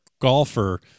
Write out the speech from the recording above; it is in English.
golfer